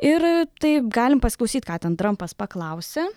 ir taip galim pasiklausyt ką ten trampas paklausė